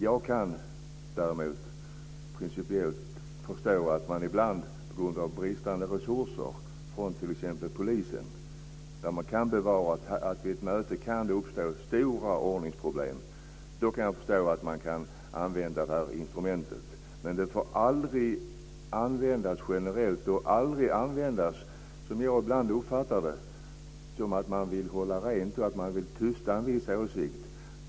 Jag kan däremot principiellt förstå att man ibland kan använda det här instrumentet, då man kan befara att det vid ett möte kan uppstå stora ordningsproblem och polisen har bristande resurser. Men det får aldrig användas generellt och aldrig användas - som jag ibland uppfattar att det görs - för att man vill hålla rent, för att man vill tysta en viss åsikt.